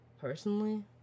personally